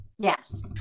Yes